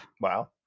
Wow